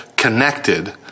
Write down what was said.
connected